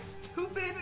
stupid